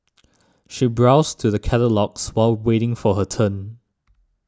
she browsed through the catalogues while waiting for her turn